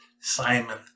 Simon